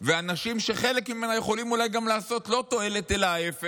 ואנשים שהם חלק ממנה שיכולים אולי גם לעשות לא תועלת אלא להפך,